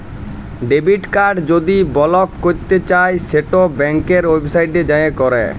debit card যদি block ক্যরতে চাই সেট ব্যাংকের ওয়েবসাইটে যাঁয়ে ক্যর